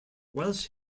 welsh